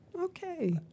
Okay